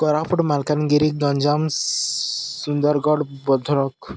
କୋରାପୁଟ ମାଲକାନଗିରି ଗଞ୍ଜାମ ସ ସୁନ୍ଦରଗଡ଼ ଭଦ୍ରକ